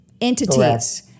entities